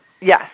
Yes